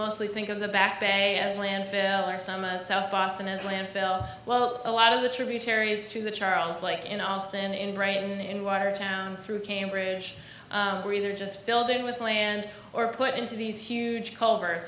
mostly think of the back bay as landfill or some a south boston is landfill well a lot of the tributaries to the charles like in austin in brighton in watertown through cambridge were either just filled in with land or put into these huge culvert